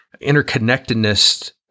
interconnectedness